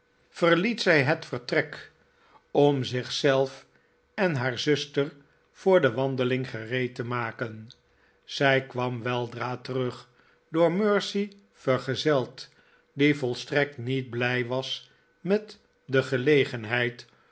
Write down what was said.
liet zij het vertrek om zich zelf en haar zuster yoor de wandelmg gereed te maken zij kwam wteldra terug door mercy vergezeld die volstrekt niet blij was met de gelegenheid